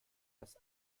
das